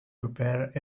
prepared